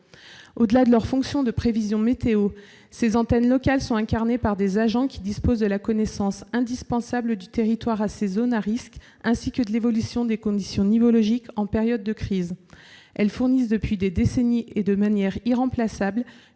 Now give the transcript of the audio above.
Au-delà de leur fonction de prévision météo, ces antennes locales sont incarnées par des agents qui disposent de la connaissance indispensable du territoire, de ses zones à risque, ainsi que de l'évolution des conditions nivologiques en période de crise. Elles fournissent, depuis des décennies et de manière irremplaçable,